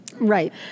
Right